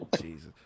Jesus